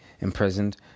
imprisoned